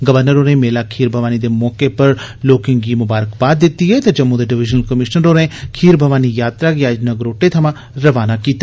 governor होरें मेला खीरभवानी दे मौके पर लोकें गी ममारकबाद दिती ते जम्मू दे डिवीजनल कमीशनर होरें खीर भवानी यात्रा गी अज्ज नगरोटे थमां रवाना कीता